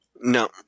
No